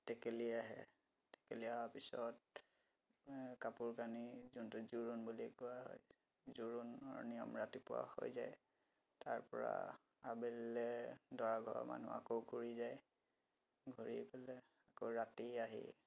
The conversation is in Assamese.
টেকেলি আহে টেকেলি অহাৰ পিছত কাপোৰ কানি যোনটো জোৰোণ বুলি কোৱা হয় জোৰোণৰ নিয়ম ৰাতিপুৱা হৈ যায় তাৰ পৰা আবেলিলৈ দৰা ঘৰৰ মানুহ আকৌ ঘূৰি যায় ঘূৰি পেলাই আকৌ ৰাতি আহি